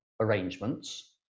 Arrangements